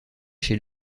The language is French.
chez